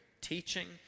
teaching